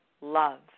love